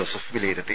Joseph വിലയിരുത്തി